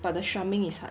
but the strumming is hard